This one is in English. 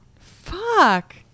Fuck